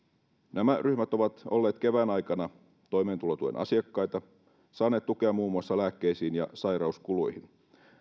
nämä ryhmät ovat olleet kevään aikana toimeentulotuen asiakkaita saaneet tukea muun muassa lääkkeisiin ja sairauskuluihin